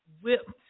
whipped